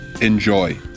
enjoy